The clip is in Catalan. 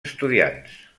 estudiants